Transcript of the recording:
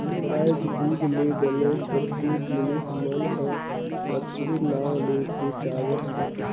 आयज दूद ले बने कतको जिनिस मन ह कतको नांव ले बेंचावत हे